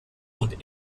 und